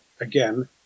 again